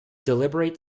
deliberate